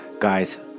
Guys